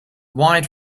wide